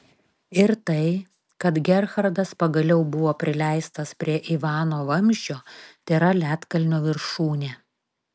ir tai kad gerhardas pagaliau buvo prileistas prie ivano vamzdžio tėra ledkalnio viršūnė